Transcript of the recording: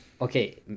Okay